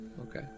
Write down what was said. okay